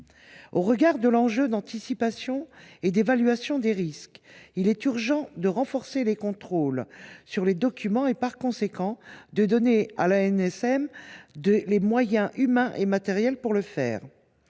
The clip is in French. Au regard de l’enjeu d’anticipation et d’évaluation des risques, il est urgent de renforcer les contrôles sur ces documents et, par conséquent, de donner à l’ANSM les moyens humains et matériels de le faire.